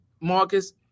Marcus